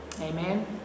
Amen